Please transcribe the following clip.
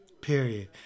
Period